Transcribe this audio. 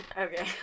Okay